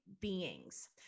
beings